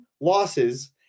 losses